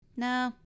No